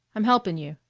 i'm helpin' you.